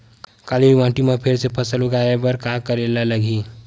काली माटी म फेर ले फसल उगाए बर का करेला लगही?